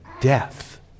death